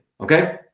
okay